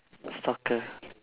stalker